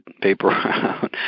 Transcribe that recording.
paper